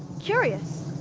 curious,